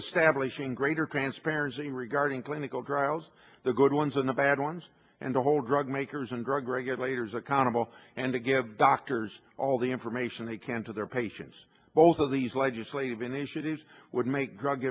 establishing greater transparency regarding clinical trials the good ones and the bad ones and the whole drug makers and drug regulators accountable and to give doctors all the information they can to their patients both of these legislative initiatives would make drug